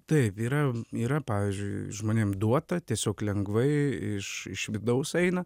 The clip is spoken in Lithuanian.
taip yra yra pavyzdžiui žmonėm duota tiesiog lengvai iš iš vidaus eina